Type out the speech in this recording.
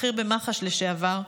בכיר במח"ש לשעבר,